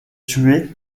tué